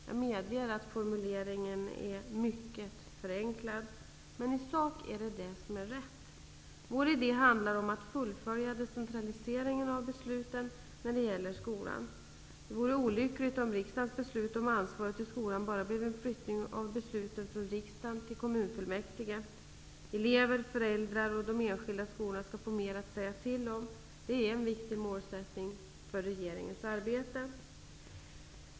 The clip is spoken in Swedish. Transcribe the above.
Jag medger att denna formulering är mycket förenklad, men i sak är den rätt. Vår idé handlar om att fullfölja decentralisering av besluten om skolan. Det vore olyckligt om riksdagens beslut om ansvaret i skolan bara flyttades från riksdagen till kommunfullmäktige. Elever, föräldrar och de enskilda skolorna skall få mer att säga till om. Det är ett viktigt mål med regeringens arbete.